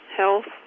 health